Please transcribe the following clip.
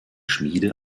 schmiede